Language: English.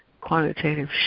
Quantitative